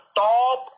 top